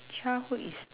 childhood is